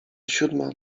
siódma